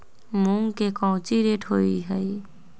मूंग के कौची रेट होते हई?